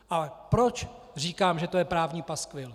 A proč říkám, že to je právní paskvil?